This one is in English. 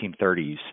1930s